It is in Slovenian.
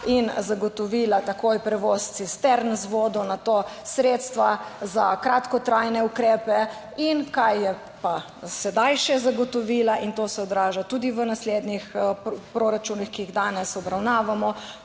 in zagotovila takoj prevoz cistern z vodo na to sredstva za kratkotrajne ukrepe. In kaj je pa sedaj še zagotovila in to se odraža tudi v naslednjih proračunih, ki jih danes obravnavamo,